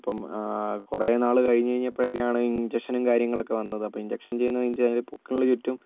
അപ്പം കുറെ നാൾ കഴിഞ്ഞ് കഴിഞ്ഞപ്പോഴൊക്കെയാണ് ഇഞ്ചക്ഷനും കാര്യങ്ങളൊക്കെ വന്നത് അപ്പോൾ ഇഞ്ചക്ഷൻ ചെയ്യുന്നത് എന്ന് വെച്ച് കഴിഞ്ഞാൽ പൊക്കിൾന് ചുറ്റും